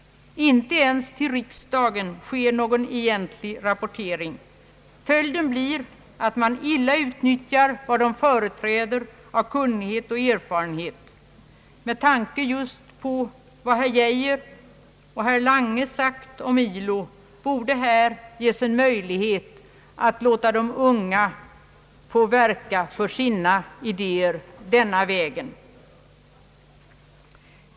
Inte ens till riksdagen sker någon egentlig rapportering. Följden blir att man illa utnyttjar vad de företräder av kunnighet och erfarenhet. Med tanke just på vad herr Geijer och herr Lange sagt om ILO, borde här ges möjlighet att låta de unga få verka för sina idéer denna väg.